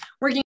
working